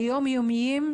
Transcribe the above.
היום-יומיים,